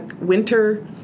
winter